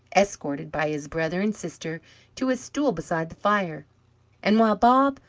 escorted by his brother and sister to his stool beside the fire and while bob,